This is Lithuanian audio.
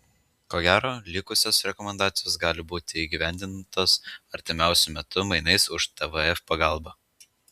ko gero likusios rekomendacijos gali būti įgyvendintos artimiausiu metu mainais už tvf pagalbą